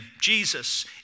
Jesus